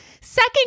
second